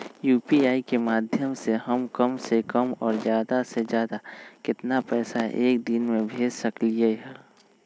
UPI के माध्यम से हम कम से कम और ज्यादा से ज्यादा केतना पैसा एक दिन में भेज सकलियै ह?